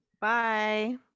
Bye